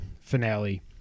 finale